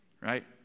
Right